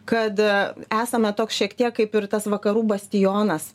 kad esame toks šiek tiek kaip ir tas vakarų bastionas